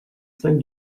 cinq